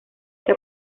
que